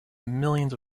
millions